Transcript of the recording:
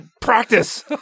practice